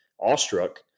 awestruck